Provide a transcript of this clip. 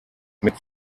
mit